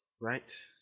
right